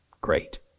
great